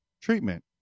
treatment